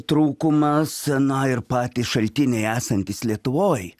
trūkumas na ir patys šaltiniai esantys lietuvoj